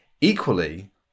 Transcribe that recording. Equally